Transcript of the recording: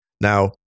Now